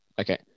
Okay